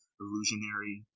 illusionary